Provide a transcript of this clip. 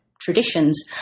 traditions